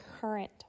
current